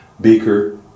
Beaker